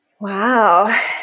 Wow